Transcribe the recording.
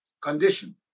condition